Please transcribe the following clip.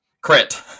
Crit